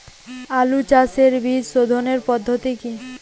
আলু চাষের বীজ সোধনের পদ্ধতি কি?